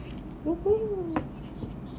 !woohoo!